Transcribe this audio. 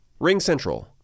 RingCentral